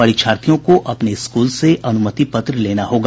परीक्षार्थियों को अपने स्कूल से अनुमति पत्र लेना होगा